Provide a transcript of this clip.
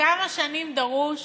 כמה שנים דרוש